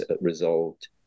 resolved